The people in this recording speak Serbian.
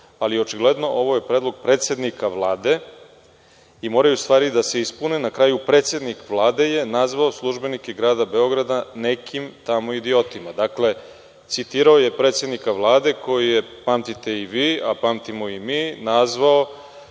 ali očigledno je ovo predlog predsednika Vlade i moraju stvari da se ispune. Na kraju je predsednik Vlade nazvao službenike grada Beograda nekim tamo idiotima. Dakle, citirao je predsednika Vlade koji je, pamtite i vi, a pamtimo i mi, nazvao